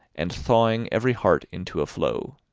and thawing every heart into a flow.